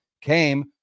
came